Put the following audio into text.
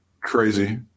crazy